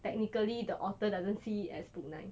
technically the author doesn't see as book nine